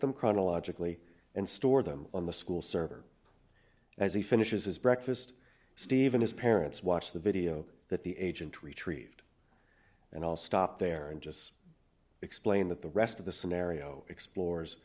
them chronologically and store them on the school server as he finishes his breakfast stephen his parents watch the video that the agent retrieved and i'll stop there and just explain that the rest of the scenario explores